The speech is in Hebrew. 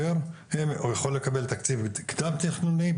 הוא יכול לקבל תקציב קדם תכנוני,